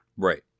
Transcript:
Right